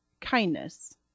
kindness